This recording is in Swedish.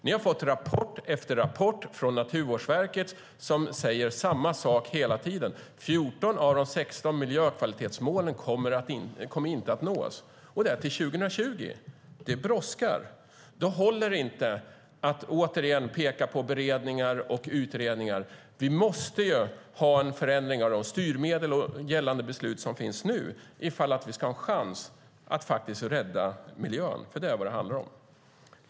Ni har fått rapport efter rapport från Naturvårdsverket som hela tiden säger samma sak: 14 av de 16 miljökvalitetsmålen kommer inte att nås. Vi har fram till 2020 på oss, så det brådskar. Då håller det inte att åter peka på beredningar och utredningar. Vi måste ha en förändring av de styrmedel och gällande beslut som finns om vi ska ha en chans att rädda miljön, för det är vad det handlar om.